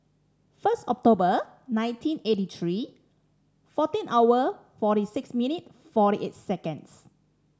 first October nineteen eighty three fourteen hour forty six minute forty eight seconds